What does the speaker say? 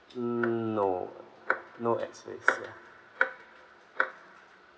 mm no no X-rays ya